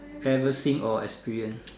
ever seen or experienced